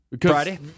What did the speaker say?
Friday